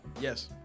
Yes